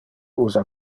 usa